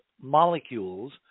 molecules